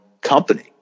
company